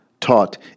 taught